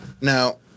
Now